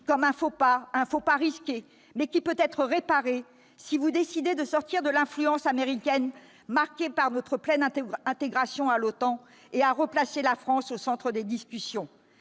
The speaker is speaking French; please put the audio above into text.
pas, un faux pas risqué, mais qui peut être réparé si vous décidez de soustraire la France à l'influence américaine, marquée par notre pleine intégration à l'OTAN, et à replacer notre pays au centre des discussions.